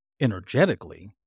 energetically